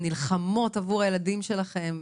ונלחמות עבור הילדים שלכן.